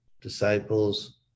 disciples